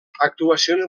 actuacions